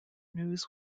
news